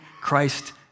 Christ